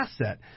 asset